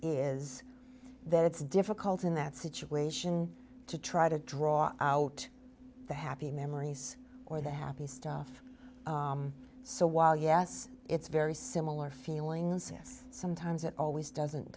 is that it's difficult in that situation to try to draw out the happy memories or the happy stuff so while yes it's very similar feelings yes sometimes it always doesn't